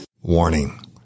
Warning